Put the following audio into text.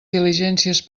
diligències